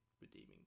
redeeming